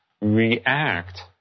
react